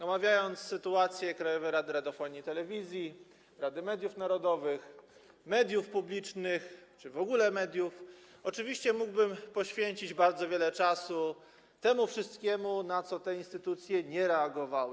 Omawiając sytuację Krajowej Rady Radiofonii i Telewizji, Rady Mediów Narodowych, mediów publicznych czy w ogóle mediów, oczywiście mógłbym poświęcić bardzo wiele czasu temu wszystkiemu, na co te instytucje nie reagowały.